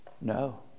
no